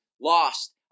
lost